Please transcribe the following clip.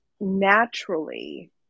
naturally